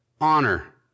honor